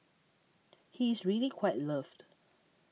he is really quite loved